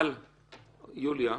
יוליה.